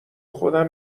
خودم